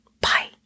bye